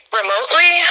remotely